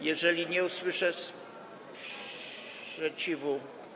Jeżeli nie usłyszę sprzeciwu.